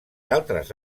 altres